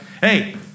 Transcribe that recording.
Hey